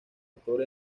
actor